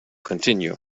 continue